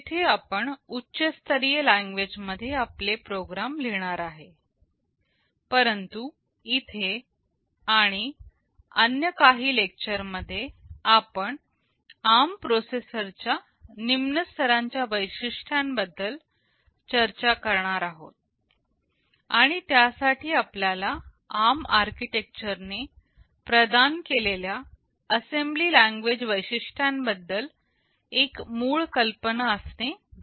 तेथे आपण उच्चस्तरीय लैंग्वेज मध्ये आपले प्रोग्राम लिहणार आहे परंतु इथे आणि काही अन्य लेक्चर मध्ये आपण ARM प्रोसेसर च्या निम्न स्तरांच्या वैशिष्ट्यां बद्दल चर्चा करणार आहोत आणि त्यासाठी आपल्याला ARM आर्किटेक्चर ने प्रदान केलेल्या असेंबली लैंग्वेज वैशिष्ट्यांबद्दल एक मूळ कल्पना असणे गरजेचे आहे